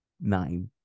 nine